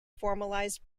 formalised